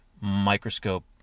microscope